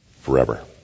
forever